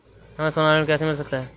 हमें सोना ऋण कैसे मिल सकता है?